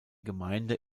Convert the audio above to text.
gemeinde